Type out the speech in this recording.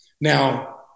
Now